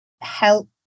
help